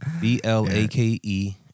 B-L-A-K-E